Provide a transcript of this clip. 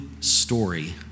story